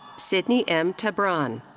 cydney m. tabron.